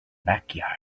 backyard